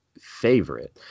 favorite